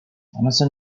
amazon